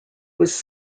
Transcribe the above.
was